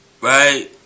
right